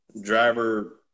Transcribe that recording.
driver